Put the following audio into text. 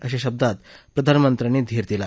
अशा शब्दात प्रधानमंत्र्यांनी धीर दिला